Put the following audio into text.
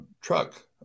truck